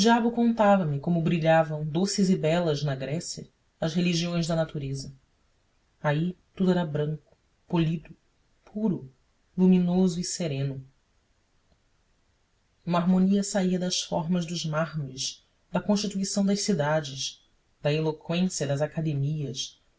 diabo contava-me como brilhavam doces e belas na grécia as religiões da natureza aí tudo era branco polido puro luminoso e sereno uma harmonia saía das formas dos mármores da constituição das cidades da eloquência das academias